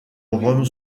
rome